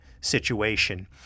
situation